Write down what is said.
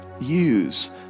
Use